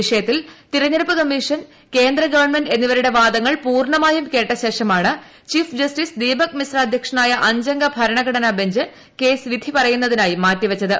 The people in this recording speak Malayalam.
വിഷയത്തിൽ തെരഞ്ഞെടുപ്പ് കമ്മീഷൻ കേന്ദ്ര ഗവൺമെന്റ് എന്നിവരുടെ വാദങ്ങൾ പൂർണ്ണമായും കേട്ടശേഷമാണ് ചീഫ് ജസ്റ്റിസ് ദീപക് മിശ്ര അധ്യക്ഷനായ അഞ്ചംഗ ഭരണഘടനാ ബെഞ്ച് കേസ് വിധി പറയുന്നതിനായി മാറ്റിവെച്ചത്